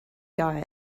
guy